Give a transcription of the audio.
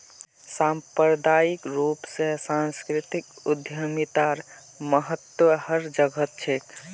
सांप्रदायिक रूप स सांस्कृतिक उद्यमितार महत्व हर जघट छेक